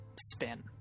spin